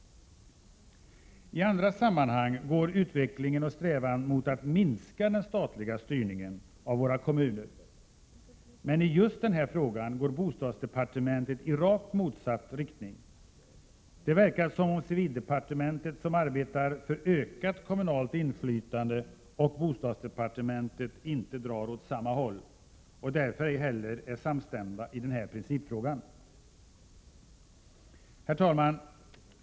I andra sammanhang går utvecklingen och strävan mot att minska den statliga styrningen av våra kommuner. Men i just den här frågan går bostadsdepartementet i rakt motsatt riktning. Det verkar som om civildepartementet, som arbetar för ökat kommunalt inflytande, och bostadsdepartementet inte drar åt samma håll och därför ej heller är samstämda i denna principfråga. Herr talman!